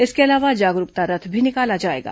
इसके अलावा जागरुकता रथ भी निकाला जाएगा